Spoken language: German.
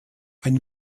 ein